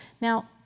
Now